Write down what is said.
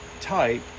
type